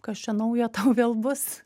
kas čia naujo tau vėl bus